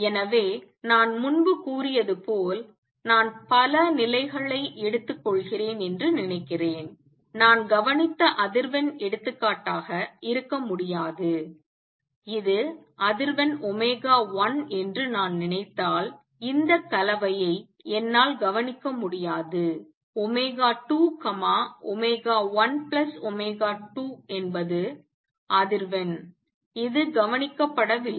எனவே நான் முன்பு கூறியது போல் நான் பல நிலைகளை எடுத்துக்கொள்கிறேன் என்று நினைக்கிறேன் நான் கவனித்த அதிர்வெண் எடுத்துக்காட்டாக இருக்க முடியாது இது அதிர்வெண் 1 என்று நான் நினைத்தால் இந்த கலவையை என்னால் கவனிக்க முடியாது 2 1 2 என்பது அதிர்வெண் இது கவனிக்கப்படவில்லை